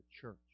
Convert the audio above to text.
church